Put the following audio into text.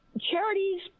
charities